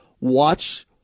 watch